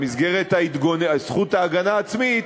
במסגרת זכות ההגנה העצמית,